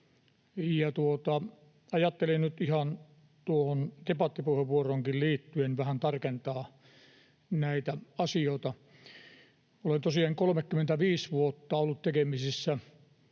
Ajattelin nyt ihan debattipuheenvuoroonkin liittyen vähän tarkentaa näitä asioita. Olen tosiaan 35 vuotta ollut tekemisissä